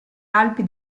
alpi